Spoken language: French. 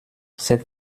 cette